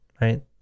right